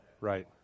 Right